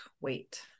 wait